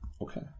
Okay